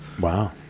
Wow